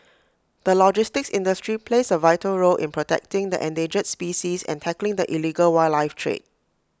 the logistics industry plays A vital role in protecting the endangered species and tackling the illegal wildlife trade